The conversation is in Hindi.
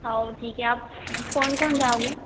आओ ठीक है आप कौन कौन जाओगे